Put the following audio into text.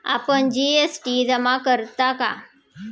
आपण जी.एस.टी जमा करता का?